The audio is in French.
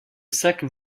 sacs